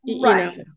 right